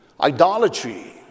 Idolatry